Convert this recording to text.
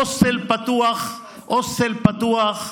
להוסטל פתוח,